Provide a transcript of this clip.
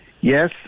Yes